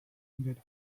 gero